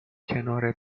کنار